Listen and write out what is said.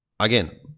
again